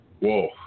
Whoa